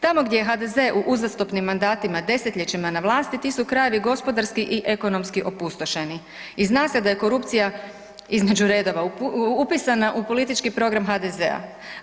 Tamo gdje HDZ u uzastopnim mandatima desetljećima na vlasti ti su krajevi gospodarski i ekonomski opustošeni i zna se da je korupcija između redova, upisana u politički program HDZ-a.